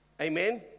Amen